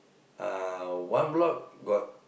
uh one block got